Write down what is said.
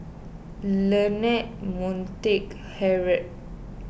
Leonard Montague Harrod